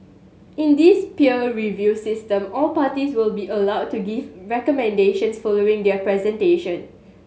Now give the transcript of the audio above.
in this peer review system all parties will be allowed to give recommendations following their presentation